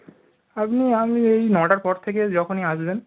আপনি আপনি এই নটার পর থেকে যখনই আসবেন